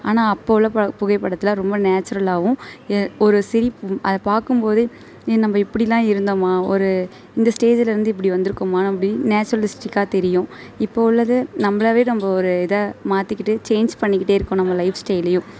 ஆனால் அப்போ உள்ள புகைப்படத்தில் ரொம்ப நேச்சுரலாவும் ஒரு சிரிப்பு அதை பார்க்கும்போதே ஏ நம்ம இப்படில்லாம் இருந்தோமா ஒரு இந்த ஸ்டேஜில் இருந்து இப்படி வந்துருக்கோமா அப்படி நேச்சுரலிஸ்டிக்காக தெரியும் இப்போ உள்ளது நம்பள நம்ம ஒரு இதை மாற்றிக்கிட்டு சேஞ்ச் பண்ணிகிட்டே இருக்கணும் நம்ம லைஃப் ஸ்டைலையும்